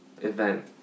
event